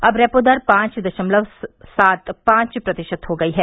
अब रेपो दर पांच दशमलव सात पांच प्रतिशत हो गई है